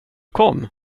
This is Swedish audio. kom